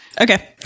Okay